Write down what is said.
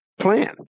plan